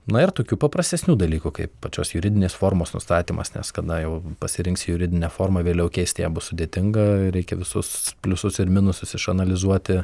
na ir tokių paprastesnių dalykų kaip pačios juridinės formos nustatymas nes kada jau pasirinksi juridinę formą vėliau keisti ją bus sudėtinga reikia visus pliusus ir minusus išanalizuoti